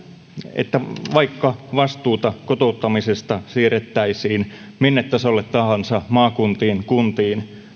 että vaikka vastuuta kotouttamisesta siirrettäisiin minne tasolle tahansa maakuntiin kuntiin niin